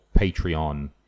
Patreon